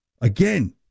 Again